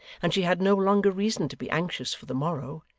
and she had no longer reason to be anxious for the morrow,